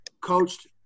coached